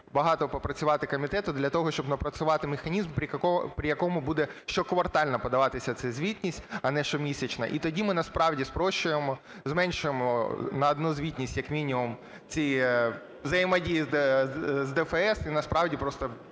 багато попрацювати комітету для того, щоб напрацювати механізм, при якому буде щоквартально подаватися ця звітність, а не щомісячна. І тоді ми насправді спрощуємо, зменшуємо на одну звітність, як мінімум, ці взаємодії з ДФС і насправді просто